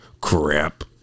crap